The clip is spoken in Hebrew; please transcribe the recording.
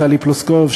טלי פלוסקוב,